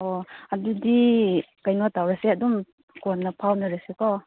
ꯑꯣ ꯑꯗꯨꯗꯤ ꯀꯩꯅꯣ ꯇꯧꯔꯁꯦ ꯑꯗꯨꯝ ꯀꯣꯟꯅ ꯐꯥꯎꯅꯔꯁꯤꯀꯣ